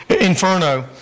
Inferno